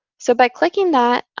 so by clicking that,